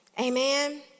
Amen